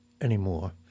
anymore